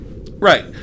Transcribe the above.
Right